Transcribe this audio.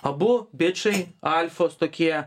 abu bičai alfos tokie